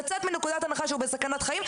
צריך לצאת מנקודת חיים שהוא בסכנת חיים,